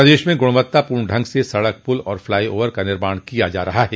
प्रदेश में गुणवत्तापूर्ण ढंग से सड़क पुल और फ्लाई ओवर का निर्माण किया जा रहा है